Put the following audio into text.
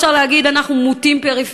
אפשר להגיד שאנחנו מוטים-פריפריה,